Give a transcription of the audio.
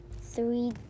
three